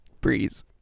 breeze